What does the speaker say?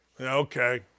Okay